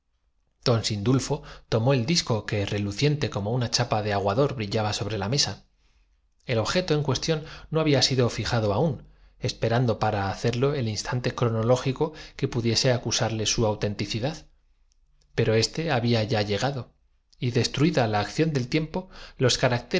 don sindulfo tomó el disco que reluciente como una chapa de aguador brillaba sobre la mesa el objeto en cuestión no había sido fijado aún esperando para ha cerlo el instante cronológico que pudiese acusarles su autenticidad pero éste había ya llegado y destruida xs la acción del tiempo los